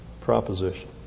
proposition